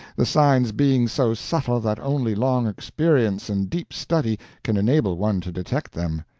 the signs being so subtle that only long experience and deep study can enable one to detect them.